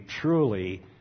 truly